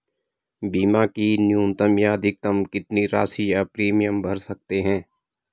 बीमा की न्यूनतम या अधिकतम कितनी राशि या प्रीमियम भर सकते हैं?